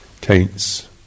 taints